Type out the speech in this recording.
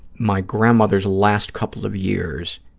my grandmother's last couple of years,